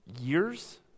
Years